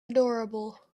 adorable